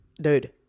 Dude